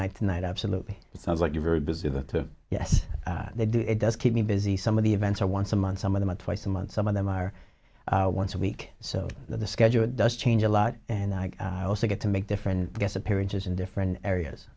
night to night absolutely it sounds like you're very busy the yes they do it does keep me busy some of the events are once a month some of them are twice a month some of them are once a week so the schedule does change a lot and i also get to make different guest appearances in different areas